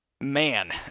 man